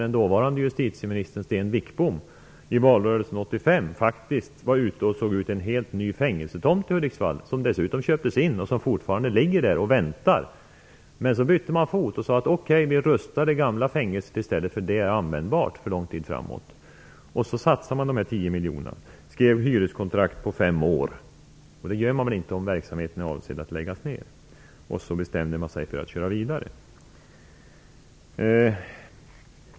Den dåvarande justitieministern, Sten Wickbom, såg i valrörelsen 1985 faktiskt ut en helt ny fängelsetomt i Hudiksvall. Tomten köptes dessutom in, men fortfarande ligger den och väntar. Därefter bytte man fot och sade: Okej, vi rustar det gamla fängelset i stället, därför att det är användbart under lång tid framåt. De 10 miljoner kronorna satsades, och ett hyreskontrakt skrevs för fem år. Men sådant gör man väl inte om avsikten är att lägga ner verksamheten. Man bestämde sig också för att köra vidare.